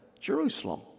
Jerusalem